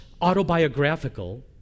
autobiographical